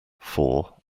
four